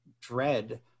dread